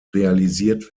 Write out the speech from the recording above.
realisiert